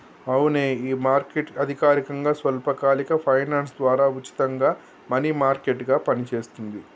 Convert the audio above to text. అవునే ఈ మార్కెట్ అధికారకంగా స్వల్పకాలిక ఫైనాన్స్ ద్వారా ఉచితంగా మనీ మార్కెట్ గా పనిచేస్తుంది